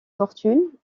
fortune